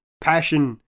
passion